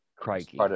Crikey